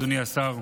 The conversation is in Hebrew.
אדוני השר,